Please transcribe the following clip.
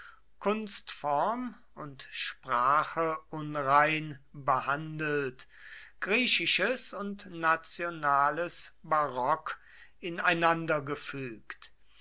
kunstform und sprache unrein behandelt griechisches und nationales barock ineinandergefügt